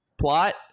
plot